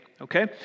okay